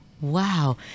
Wow